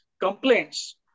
complaints